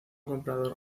comprador